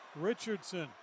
Richardson